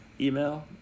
Email